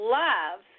love